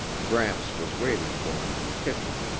gramps was waiting for him in the kitchen.